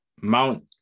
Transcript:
Mount